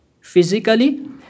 Physically